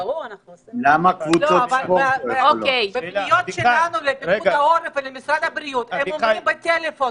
בפניות שלנו לפיקוד העורף ולמשרד הבריאות הם אומרים בטלפון.